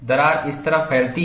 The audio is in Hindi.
दरार इस तरह फैलती है